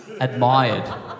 admired